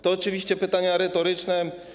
To oczywiście pytania retoryczne.